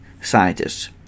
scientists